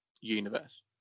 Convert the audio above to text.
universe